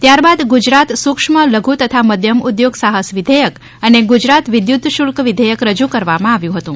ત્યાર બાદ ગુજરાત સૂક્ષ્મ લધુ તથા મધ્યમ ઉદ્યોગ સાહસ વિઘેયક અને ગુજરાત વીદ્યુત શુલ્ક વિઘેયક રજુ કરવામાં આવ્યું હતું